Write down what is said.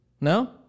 No